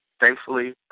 Thankfully